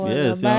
yes